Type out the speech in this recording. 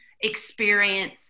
experience